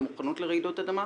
על מוכנות לרעידות אדמה,